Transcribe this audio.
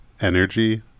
Energy